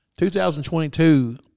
2022